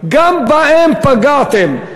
גם בהם פגעתם.